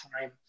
time